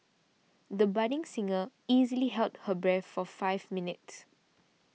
the budding singer easily held her breath for five minutes